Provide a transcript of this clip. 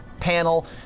panel